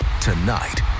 tonight